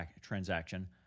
transaction